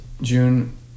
June